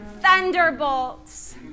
thunderbolts